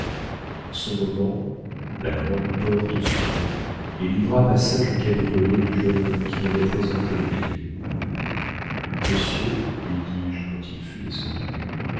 en ce moment la grande porte s'ouvrit et livra passage au cabriolet du jeune homme qui m'avait présenté le billet monsieur lui dis-je quand il fut descendu